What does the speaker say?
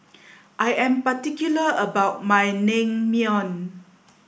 I am particular about my Naengmyeon